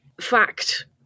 fact